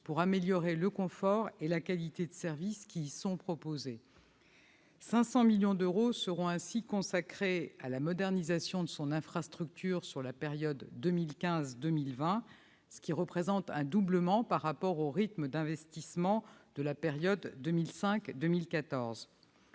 pour améliorer le confort et la qualité de service qui y sont proposés. Ainsi, 500 millions d'euros seront consacrés à la modernisation de son infrastructure sur la période 2015-2020, ce qui représente un doublement par rapport au rythme d'investissement de la période 2005-2014.